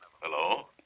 Hello